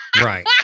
Right